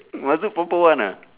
must do proper one uh